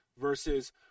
versus